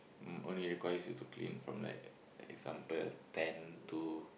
um only requires you to clean from like example ten to